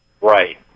Right